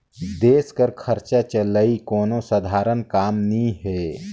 देस कर खरचा चलई कोनो सधारन काम नी हे